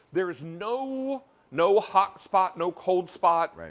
there's no no hot spot, no cold spot.